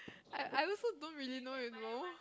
I I also don't really know you know